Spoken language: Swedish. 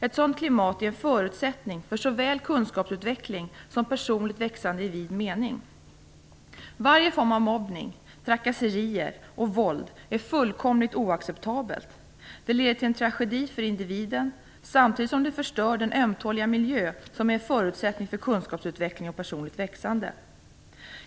Ett sådant klimat är en förutsättning för såväl kunskapsutveckling som personligt växande i vid mening. Varje form av mobbning, trakasserier och våld är fullkomligt oacceptabelt. Det leder till en tragedi för individen, samtidigt som det förstör den ömtåliga miljö som är en förutsättning för kunskapsutveckling och personligt växande.